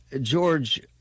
George